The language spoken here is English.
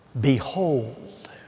behold